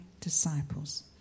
disciples